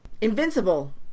Invincible